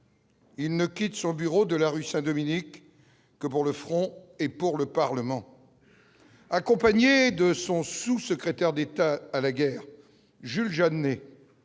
il ne quitte son bureau de la rue Saint-Dominique, que pour le front et pour le Parlement, accompagné de son sous-secrétaire d'État à la guerre, Jules Jeanneney,